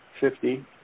fifty